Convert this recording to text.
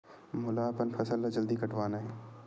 मोला अपन फसल ला जल्दी कटवाना हे?